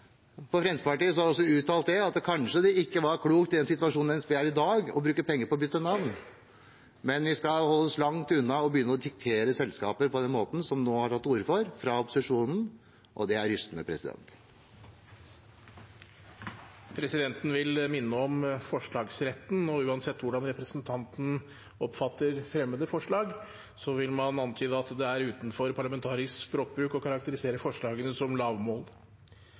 Fremskrittspartiet har også uttalt at det kanskje ikke var klokt i den situasjonen NSB i dag er i, å bruke penger på å bytte navn. Men vi skal holde oss langt unna å begynne å diktere selskaper på den måten det nå er blitt tatt til orde for fra opposisjonen, og det er rystende. Presidenten vil minne om forslagsretten. Uansett hvordan representanten oppfatter et fremmet forslag, vil man antyde at det er utenfor parlamentarisk språkbruk å karakterisere forslagene som lavmål.